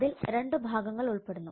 അതിൽ രണ്ട് ഭാഗങ്ങൾ ഉൾപ്പെടുന്നു